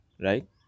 right